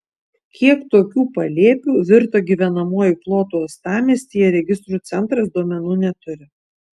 kiek tokių palėpių virto gyvenamuoju plotu uostamiestyje registrų centras duomenų neturi